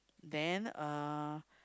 then uh